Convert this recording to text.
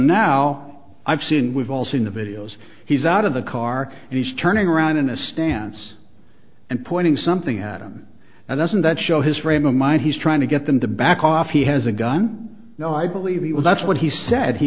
now i've seen we've all seen the videos he's out of the car and he's turning around in a stance and pointing something at him now doesn't that show his frame of mind he's trying to get them to back off he has a gun no i believe he will that's what he said he